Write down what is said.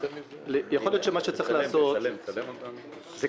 יכול להיות שמה שצריך לעשות זה